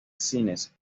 cines